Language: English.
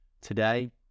today